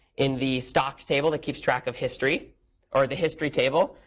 in the stocks table that keeps track of history or the history table,